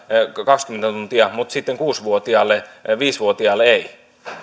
kaksikymmentä tuntia mutta sitten kuusi vuotiaalle ja viisi vuotiaalle ei